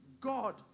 god